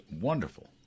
wonderful